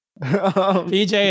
PJ